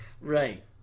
Right